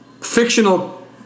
fictional